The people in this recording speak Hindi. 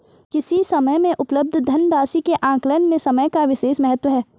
किसी समय में उपलब्ध धन राशि के आकलन में समय का विशेष महत्व है